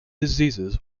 diseases